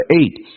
eight